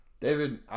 David